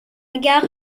gare